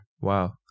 Wow